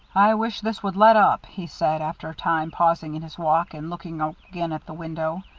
i wish this would let up, he said, after a time, pausing in his walk, and looking again at the window.